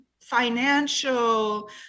financial